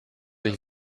ich